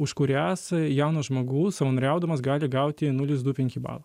už kurias jaunas žmogus savanoriaudamas gali gauti nulis du penki balo